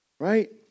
Right